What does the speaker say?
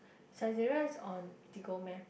Saizeriya is on Eatigo meh